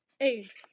age